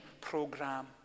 program